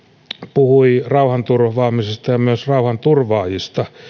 puhui rauhanturvaamisesta ja myös rauhanturvaajista